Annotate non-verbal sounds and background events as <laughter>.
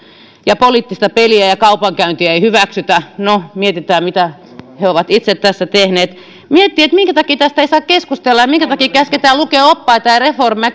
ja poliittista peliä ja kaupankäyntiä ei hyväksytä no mietitään mitä he ovat itse tässä tehneet sitä miettii minkä takia tästä ei saa keskustella ja minkä takia meidän käsketään lukea oppaita ja reformeja <unintelligible>